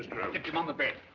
him on the bed.